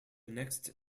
next